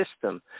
system